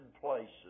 places